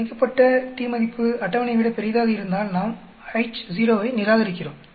கணிக்கப்பட்ட t மதிப்பு அட்டவணையை விட பெரியதாக இருந்தால் நாம் H0 ஐ நிராகரிக்கிறோம்